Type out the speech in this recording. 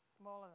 smaller